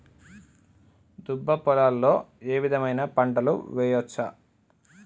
దుబ్బ పొలాల్లో ఏ విధమైన పంటలు వేయచ్చా?